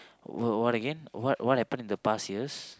what what again what I put in the past years